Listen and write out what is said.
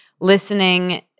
listening